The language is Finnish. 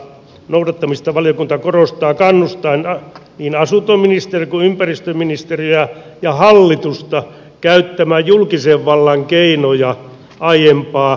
valiokunta korostaa kannustaen niin asuntoministeriötä kuin ympäristöministeriötä ja hallitusta käyttämään julkisen vallan keinoja aiempaa voimallisemmin